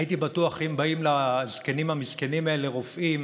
הייתי בטוח שאם באים לזקנים המסכנים האלה רופאים